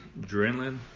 adrenaline